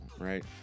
right